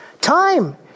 Time